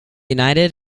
united